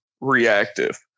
reactive